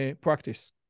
practice